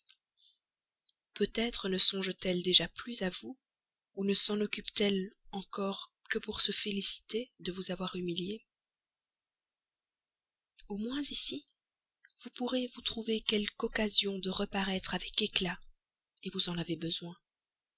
peut-être ne songe t elle déjà plus à vous ou ne s'en occupe t elle encore que pour se féliciter de vous avoir humilié au moins ici pourrez-vous trouver quelque occasion de reparaître avec éclat vous en avez besoin